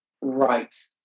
Right